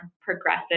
progressive